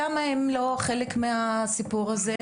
למה הם לא חלק מהסיפור הזה?